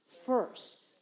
first